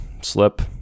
slip